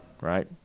right